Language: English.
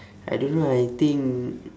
I don't know lah I think